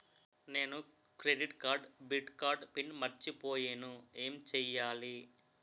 నేను credit card debit card pin మర్చిపోయేను ఎం చెయ్యాలి?